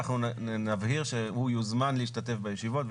אנחנו נבהיר שהוא יוזמן להשתתף בישיבות,